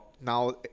now